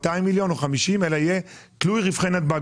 מיליון או 50 מיליון שקלים אלא יהיה תלוי רווחי נתב"ג.